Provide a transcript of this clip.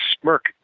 smirk